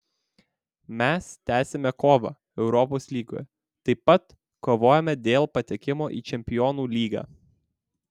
mes tęsiame kovą europos lygoje taip pat kovojame dėl patekimo į čempionų lygą